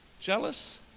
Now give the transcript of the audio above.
jealous